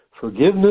Forgiveness